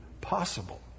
possible